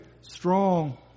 strong